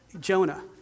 Jonah